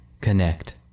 Connect